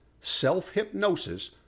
self-hypnosis